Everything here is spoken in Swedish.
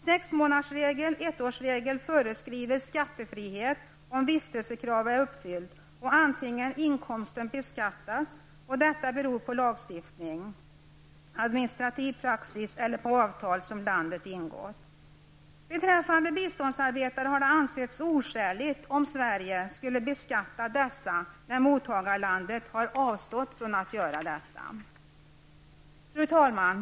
Sexmånadersregeln/ettårsregeln förskriver skattefrihet om vistelsekravet är uppfyllt och inkomsten beskattas om detta beror på lagstiftningen, administrativ praxis eller på avtal som landet ingått. Beträffande biståndsarbetare har det ansetts oskäligt om Sverige skulle beskatta dem när mottagarlandet har avstått från att göra det. Fru talman!